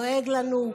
דואג לנו,